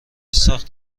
ساخت